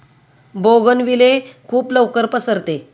bougainvillea खूप लवकर पसरते